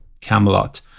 Camelot